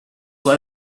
let